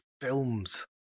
films